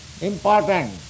important